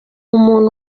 umuntu